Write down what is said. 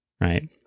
right